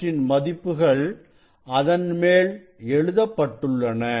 அவற்றின் மதிப்புகள் அதன்மேல் எழுதப்பட்டுள்ளன